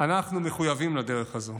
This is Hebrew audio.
אנחנו מחויבים לדרך הזו.